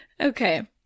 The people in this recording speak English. Okay